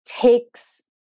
takes